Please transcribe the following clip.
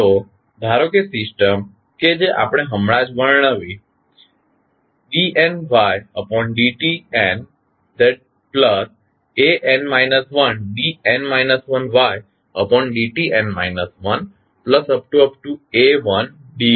તો ધારો કે સિસ્ટમ કે જે આપણે હમણાં જ વર્ણવી dnydtnan 1dn 1ydtn 1